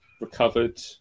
Recovered